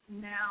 now